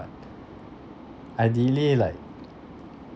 ideally like